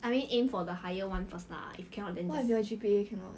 I mean aim for the higher [one] first lah if cannot then just